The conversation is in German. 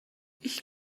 ich